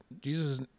Jesus